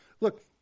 Look